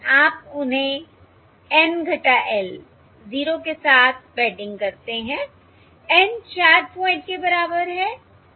आप उन्हें N - L 0 के साथ पैडिंग करते हैं N 4 पॉइंट के बराबर है